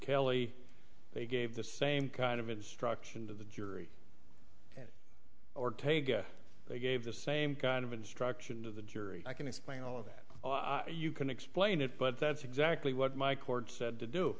kelly they gave the same kind of instruction to the jury ortega they gave the same kind of instruction to the jury i can explain all of that you can explain it but that's exactly what my court said to do